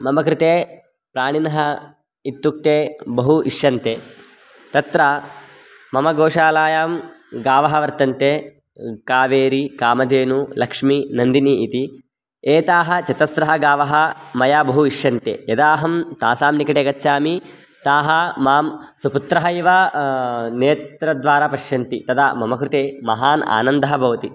मम कृते प्राणिनः इत्युक्ते बहु इष्यन्ते तत्र मम गोशालायां गावः वर्तन्ते कावेरी कामधेनु लक्ष्मी नन्दिनी इति एताः चतस्रः गावः मया बहु इष्यन्ते यदा अहं तासां निकटे गच्छामि ताः मां सुपुत्रः एव नेत्रद्वारा पश्यन्ति तदा मम कृते महान् आनन्दः भवति